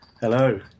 Hello